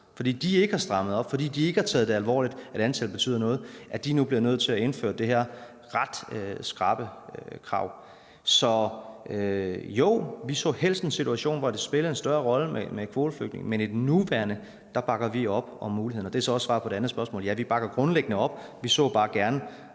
fordi de ikke har strammet op, fordi de ikke har taget det alvorligt, at antallet betyder noget, at de nu er blevet nødt til at indføre det her ret skrappe krav. Så jo, vi så helst en situation, hvor det spillede en større rolle med kvoteflygtninge, men i den nuværende situation bakker vi op om muligheden. Og det er så også svar på det andet spørgsmål: Ja, vi bakker grundlæggende op. Vi så bare gerne,